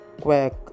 quack